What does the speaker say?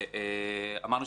ואמרנו,